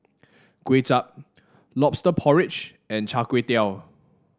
Kuay Chap lobster porridge and Char Kway Teow